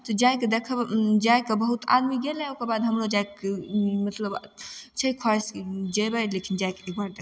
तऽ जाय कऽ देख जाय कऽ बहुत आदमी गेलै ओकर बाद हमरो जाय कऽ मतलब छै ख्वाहिश जयबै लेकिन जाय कऽ एक बार देखबै